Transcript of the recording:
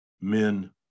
men